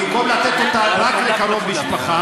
במקום לתת אותה רק לקרוב משפחה,